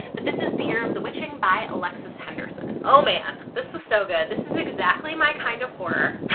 but this is the year of the witching by alexis henderson. oh man this was so good, this is exactly my kind of horror